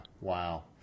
wow